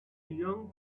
young